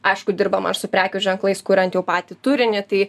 aišku dirbama ir su prekių ženklais kuriant jau patį turinį tai